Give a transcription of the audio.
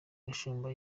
gashumba